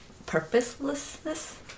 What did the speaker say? Purposelessness